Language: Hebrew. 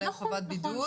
נכון.